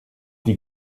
die